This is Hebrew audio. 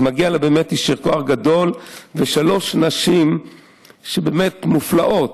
מגיע לה יישר כוח גדול, ולשלוש נשים באמת מופלאות,